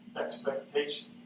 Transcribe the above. expectation